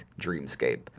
dreamscape